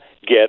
get